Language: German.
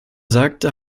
sagte